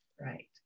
Right